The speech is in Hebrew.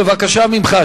בבקשה ממך.